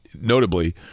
notably